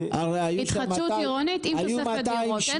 התחדשות עירונית עם תוספת דירות.